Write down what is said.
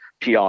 pr